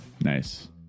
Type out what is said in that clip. nice